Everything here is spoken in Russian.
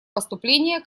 поступления